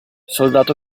soldato